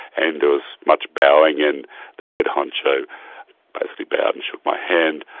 and there was much bowing and the head honcho basically bowed and shook my hand,